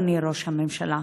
אדוני ראש הממשלה,